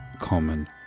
Common